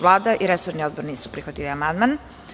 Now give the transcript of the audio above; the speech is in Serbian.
Vlada i resorni odbor nisu prihvatili amandman.